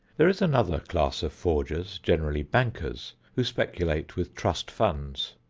there is another class of forgers, generally bankers, who speculate with trust funds.